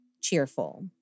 cheerful